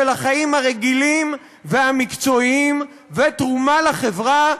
החיים הרגילים והמקצועיים ותרומה לחברה,